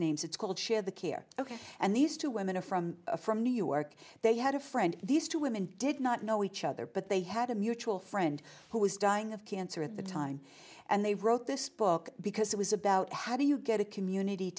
names it's called share the care ok and these two women are from from new york they had a friend these two women did not know each other but they had a mutual friend who was dying of cancer at the time and they wrote this book because it was about how do you get a community